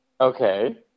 Okay